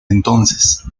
entonces